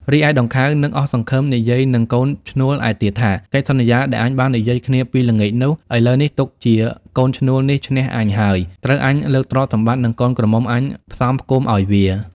រីឯដង្ខៅ នឹកអស់សង្ឃឹម និយាយនឹងកូនឈ្នួលឯទៀតថា កិច្ចសន្យាដែលអញបាននិយាយគ្នាពីល្ងាចនោះ ឥឡូវនេះ ទុកជាកូនឈ្នួលនេះឈ្នះអញហើយ ត្រូវអញលើកទ្រព្យសម្បត្តិ និងកូនក្រមុំអញផ្សំផ្គុំឲ្យវា។